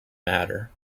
matter